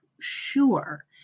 sure